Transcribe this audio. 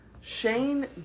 Shane